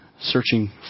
searching